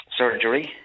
surgery